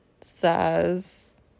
says